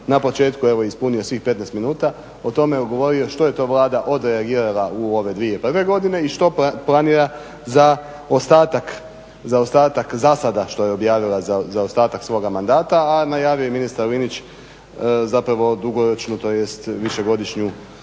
na početku i evo ispunio svih 15 minuta o tome govoriti što je to Vlada odreagirala u ove dvije prve godine i što planira za ostatak zasada što je objavila za ostatak svoga mandata. A najavio je i ministar Linić zapravo dugoročnu tj. višegodišnju